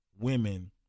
women